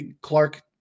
Clark